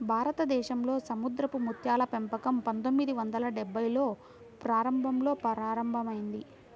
భారతదేశంలో సముద్రపు ముత్యాల పెంపకం పందొమ్మిది వందల డెభ్భైల్లో ప్రారంభంలో ప్రారంభమైంది